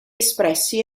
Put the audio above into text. espressi